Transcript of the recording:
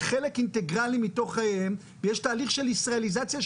חלק אינטגרלי מתוך חייהם ויש תהליך של ישראליזציה,